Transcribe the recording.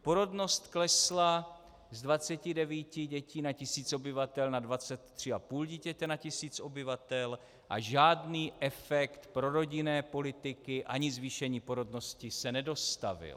Porodnost klesla z 29 dětí na tisíc obyvatel na 23,5 dítěte na tisíc obyvatel a žádný efekt prorodinné politiky ani zvýšení porodnosti se nedostavil.